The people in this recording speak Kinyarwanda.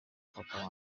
papa